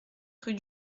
rue